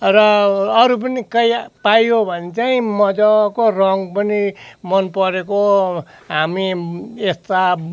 र अरू पनि कहीँ पाइयो भने चाहिँ मज्जाको रङ पनि मनपरेको हामी यस्ता